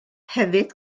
hefyd